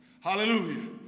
Hallelujah